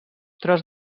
tros